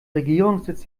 regierungssitz